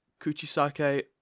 Kuchisake